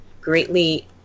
greatly